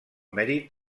mèrit